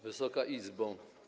Wysoka Izbo!